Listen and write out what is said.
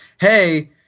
hey